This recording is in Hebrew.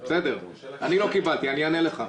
בסדר, אני לא קיבלתי, אני אענה לך.